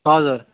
हजुर